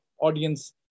audience